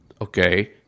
okay